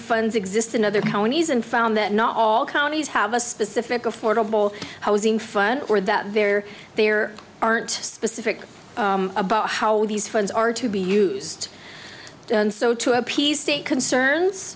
funds exist in other counties and found that not all counties have a specific affordable housing fund or that there there aren't specific about how these funds are to be used and so to appease state concerns